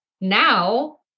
Now